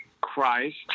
Christ